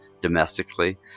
domestically